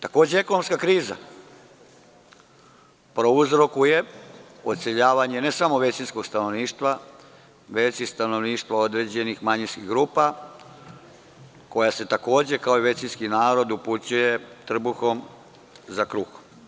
Takođe, ekonomska kriza prouzrokuje odseljavanje ne samo većinskog stanovništva, već i stanovništva određenih manjinskih grupa, koje se takođe kao većinski narod upućuje trbuhom za kruhom.